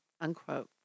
unquote